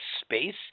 space